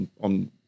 on